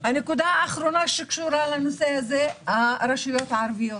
הנקודה האחרונה היא הרשויות הערביות.